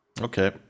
Okay